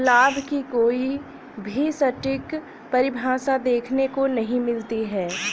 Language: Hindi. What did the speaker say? लाभ की कोई भी सटीक परिभाषा देखने को नहीं मिलती है